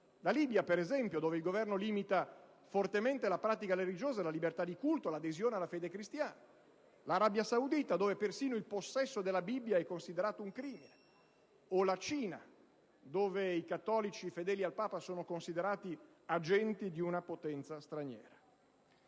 la Libia dove il Governo limita fortemente la pratica religiosa, la libertà di culto e l'adesione alla fede cristiana, o l'Arabia Saudita dove persino il possesso della Bibbia è considerato un crimine, o, ancora, la Cina dove i cattolici fedeli al Papa sono considerati agenti di una potenza straniera.